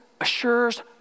assures